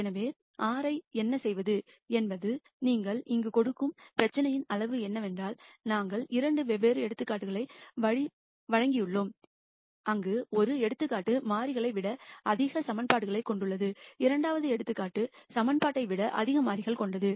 எனவே Rஐ என்ன செய்வது என்பது நீங்கள் இங்கு கொடுக்கும் பிரச்சினையின் அளவு என்னவென்றால் நாங்கள் 2 வெவ்வேறு எடுத்துக்காட்டுகளை வழங்கியுள்ளோம் அங்கு ஒரு எடுத்துக்காட்டு மாறிகளை விட அதிக சமன்பாடுகளைக் கொண்டுள்ளது இரண்டாவது எடுத்துக்காட்டு ஈகிவேஷன் விட அதிக வேரியபிள் கொண்டது